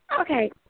Okay